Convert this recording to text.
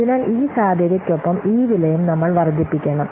അതിനാൽ ഈ സാധ്യതയ്ക്കൊപ്പം ഈ വിലയും നമ്മൾ വർദ്ധിപ്പിക്കണം